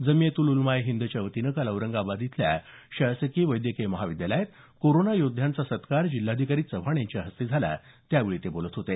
जमीयत उल उलमाए हिंदच्या वतीनं काल औरंगाबाद इथल्या शासकीय वैद्यकीय महाविलयात कोरोना योद्ध्यांचा सत्कार जिल्हाधिकारी चव्हाण यांच्या हस्ते झाला त्यावेळी ते बोलत होते